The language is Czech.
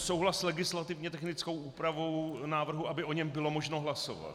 Souhlas s legislativně technickou úpravou návrhu, aby o něm bylo možno hlasovat.